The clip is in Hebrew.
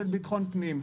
של המשרד לביטחון פנים,